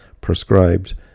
prescribed